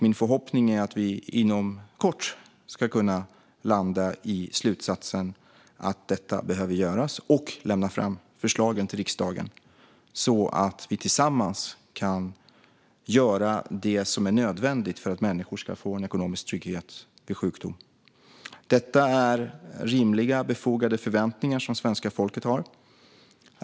Min förhoppning är att vi inom kort ska landa i slutsatsen att detta behöver göras och lämna över förslagen till riksdagen, så att vi tillsammans kan göra det som är nödvändigt för att människor ska få ekonomisk trygghet vid sjukdom. Detta är rimliga, befogade förväntningar som svenska folket har.